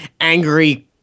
angry